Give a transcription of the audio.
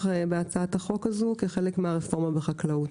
בהצעת החוק הזו כחלק מהרפורמה בחקלאות.